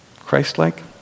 Christ-like